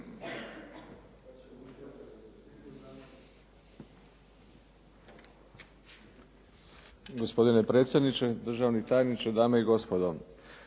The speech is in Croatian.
Hvala na